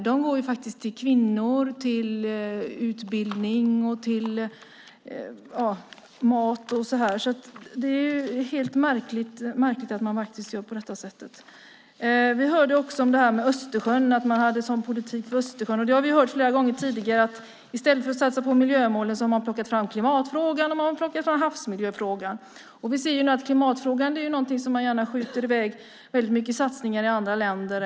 De går till kvinnor, utbildning, mat och annat. Det är märkligt att man gör på det sättet. Vi hörde också om vad man hade för politik för Östersjön. Vi har hört flera gånger tidigare att i stället för att satsa på miljömålen har man plockat fram klimatfrågan, och man har plockat fram havsmiljöfrågan. Vi ser att klimatfrågan är något som man gärna skjuter i väg på satsningar i andra länder.